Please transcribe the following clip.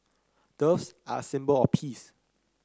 doves are a symbol of peace